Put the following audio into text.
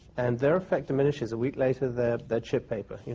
and their effect diminishes. a week later, they're chip paper,